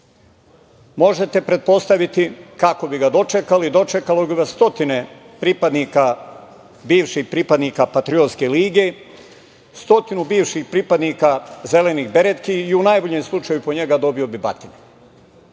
pretpostaviti kako bi ga dočekali. Dočekalo bi ga stotine bivših pripadnika „patriotske lige“, stotinu bivših pripadnika „zelenih beretki“ i u najboljem slučaju po njega, dobio bi